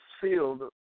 filled